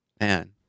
Man